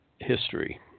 history